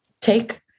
take